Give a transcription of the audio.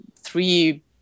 three